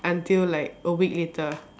until like a week later